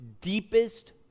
deepest